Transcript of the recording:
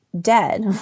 dead